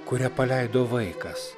kurią paleido vaikas